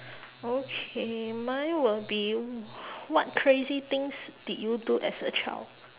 okay mine will be what crazy things did you do as a child